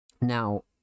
Now